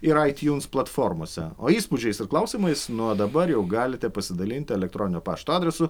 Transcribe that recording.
ir aitiuns platformose o įspūdžiais ir klausimais nuo dabar jau galite pasidalinti elektroninio pašto adresu